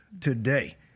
today